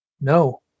No